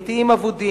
את "איים אבודים",